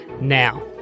Now